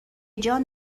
جان